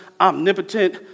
omnipotent